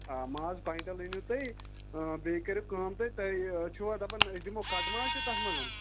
آ ماز کویِنٹَل أنِو تُہۍ بیٚیہِ کٔرِو کٲم تُہۍ تُہۍ چھُوا دَپان أسۍ دِمو کَٹہٕ ماز تہِ تَتھ منٛز